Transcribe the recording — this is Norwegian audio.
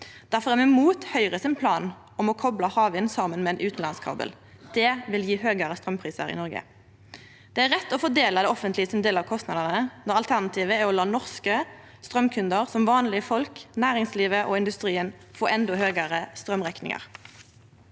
Difor er me imot Høgre sin plan om å kopla havvind saman med ein utanlandskabel. Det vil gje høgare straumprisar i Noreg. Det er rett å fordele det offentlege sin del av kostnadene når alternativet er å la norske straumkundar, som vanlege folk, næringslivet og industrien, få endå høgare straumrekningar.